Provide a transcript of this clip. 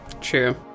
True